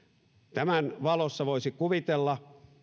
tämän valossa voisi kuvitella